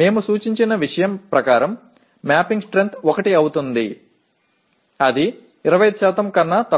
మేము సూచించిన విషయం ప్రకారం మ్యాపింగ్ స్ట్రెంగ్త్ 1 అవుతుంది ఇది 25 కన్నా తక్కువ